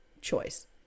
choice